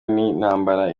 n’intambara